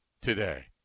today